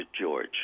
George